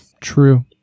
true